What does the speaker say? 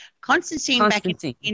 Constantine